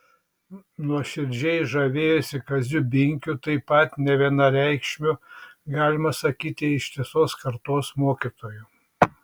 nuoširdžiai žavėjosi kaziu binkiu taip pat nevienareikšmiu galima sakyti ištisos kartos mokytoju